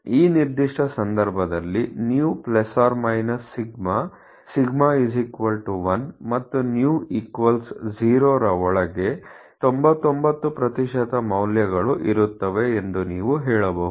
ಈ ನಿರ್ದಿಷ್ಟ ಸಂದರ್ಭದಲ್ಲಿ µ ± σ σ 1 ಮತ್ತು µ0 ರ ಒಳಗೆ 99 ಮೌಲ್ಯಗಳು ಇರುತ್ತವೆ ಎಂದು ನೀವು ಹೇಳಬಹುದು